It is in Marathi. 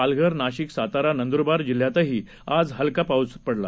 पालघर नाशिक सातारा नंदुरबार जिल्ह्यातही आज हलका पाऊस पडला